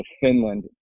Finland